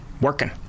working